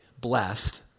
blessed